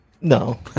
no